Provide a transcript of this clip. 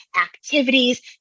activities